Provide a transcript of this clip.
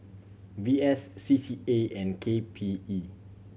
V S C C A and K P E